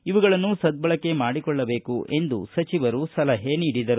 ಇವುಗಳನ್ನು ಸದ್ದಳಕೆ ಮಾಡಿಕೊಳ್ಳಬೇಕು ಎಂದು ಸಲಹೆ ಮಾಡಿದರು